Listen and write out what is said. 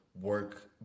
work